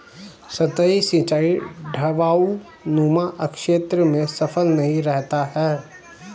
सतही सिंचाई ढवाऊनुमा क्षेत्र में सफल नहीं रहता है